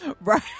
Right